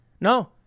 No